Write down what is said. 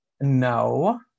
No